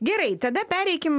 gerai tada pereikim